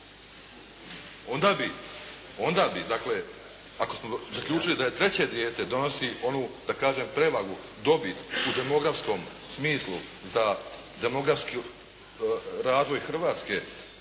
onda bi, dakle, ako smo zaključili da treće dijete donosi onu prevagu dobit u demografskom smislu za demografski razvoj Hrvatske